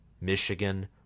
Michigan—